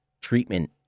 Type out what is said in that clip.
treatment